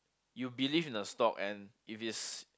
you believed in the stock and if is